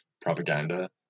propaganda